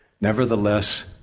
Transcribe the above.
Nevertheless